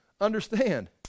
understand